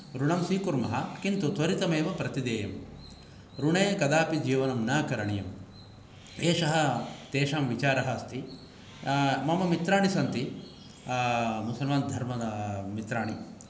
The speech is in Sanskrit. ॠणं स्वीकुर्मः किन्तु त्वरितमेव प्रति देयम् ॠणे कदापि जीवनं न करणीयम् एषः तेषां विचारः अस्ति मम मित्राणि सन्ति मुसलमान् धर्म मित्राणि